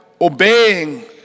obeying